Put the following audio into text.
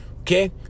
Okay